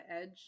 edge